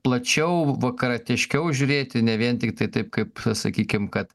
plačiau vakarietiškiau žiūrėti ne vien tiktai taip kaip sakykim kad